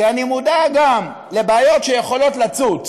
כי אני מודע לבעיות שיכולות לצוץ